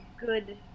good